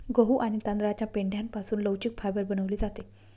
गहू आणि तांदळाच्या पेंढ्यापासून लवचिक फायबर बनवले जाते